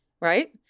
right